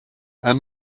and